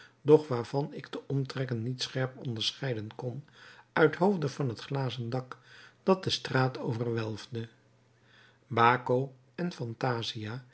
doch waarvan ik de omtrekken niet scherp onderscheiden kon uithoofde van het glazen dak dat de straat overwelfde baco en phantasia